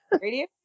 Radio